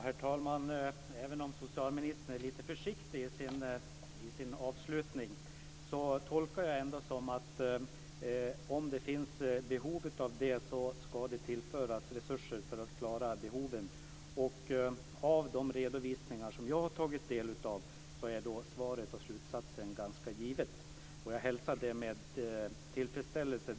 Herr talman! Även om socialministern är lite försiktig i sin avslutning tolkar jag det ändå som att det ska tillföras resurser om det finns behov av det för att man ska klara behoven. Att döma av de redovisningar som jag har tagit del av är svaret och slutsatsen ganska givna. Jag hälsar det med tillfredsställelse.